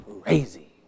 crazy